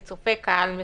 צופים להגעה של קהל מסוים.